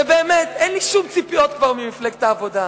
באמת, אין לי כבר שום ציפיות ממפלגת העבודה,